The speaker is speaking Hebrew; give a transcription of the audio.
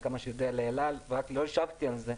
עד כמה שאני יודע ולכן לא השבתי על זה.